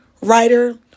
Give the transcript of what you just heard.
writer